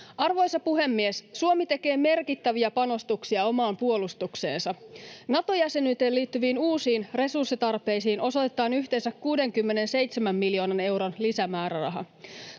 Arvoisa puhemies! Suomi tekee merkittäviä panostuksia omaan puolustukseensa. Nato-jäsenyyteen liittyviin uusiin resurssitarpeisiin osoitetaan yhteensä 67 miljoonan euron lisämääräraha.